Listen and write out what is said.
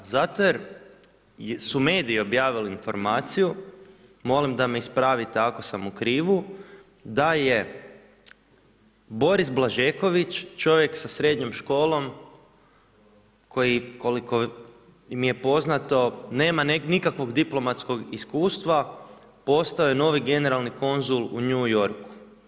Zato jer su mediji objavili informaciju, molim da me ispravite, ako sam u krivu, da je Boris Blaževković, čovjek sa srednjom školom, koji, koliko mi je poznato, nema nikakvog diplomatskog iskustva postaje novi generalni konzul u New Yorku.